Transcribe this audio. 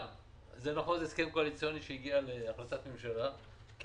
שזה הסכם קואליציוני שהגיע להחלטת ממשלה כי